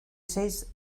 seis